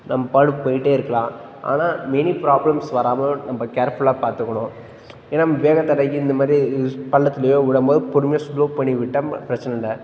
நம்ம பாட்டு போய்கிட்டே இருக்கலாம் ஆனால் மெனி ப்ராப்ளம்ஸ் வராமல் நம்ம கேர்ஃபுல்லாக பார்த்துக்குணும் ஏன்னால் வேகத்தடை இது இந்த மாதிரி யூஸ் பள்ளத்துலேயோ விடம் போது பொறுமையாக ஸ்லோ பண்ணி விட்டால் பிரச்சின இல்லை